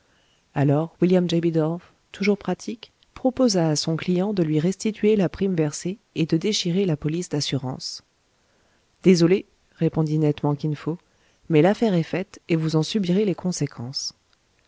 alors william j bidulph toujours pratique proposa à son client de lui restituer la prime versée et de déchirer la police d'assurance désolé répondit nettement kin fo mais l'affaire est faite et vous en subirez les conséquences